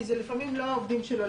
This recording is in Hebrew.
כי זה לפעמים לא העובדים שלו.